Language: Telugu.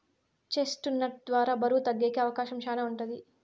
చెస్ట్ నట్ ద్వారా బరువు తగ్గేకి అవకాశం శ్యానా ఉంటది